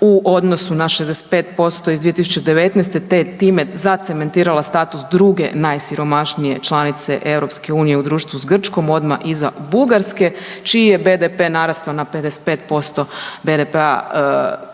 u odnosu na 65% iz 2019., te time zacementirala status druge najsiromašnije članice EU u društvu s Grčkom odma iza Bugarske, čiji je BDP narastao na 55% BDP-a